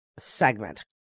segment